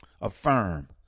Affirm